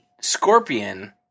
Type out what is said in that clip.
scorpion